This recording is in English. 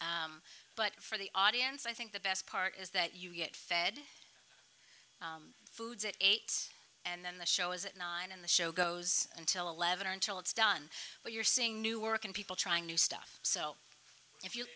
but for the audience i think the best part is that you get fed foods at eight and then the show is at nine and the show goes until eleven until it's done but you're seeing new work and people trying new stuff so if you